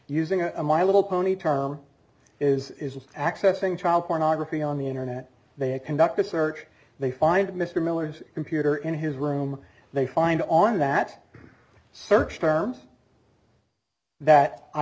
using a my little pony term is accessing child pornography on the internet they conduct a search they find mr miller's computer in his room they find on that search terms that i